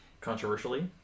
controversially